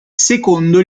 secondo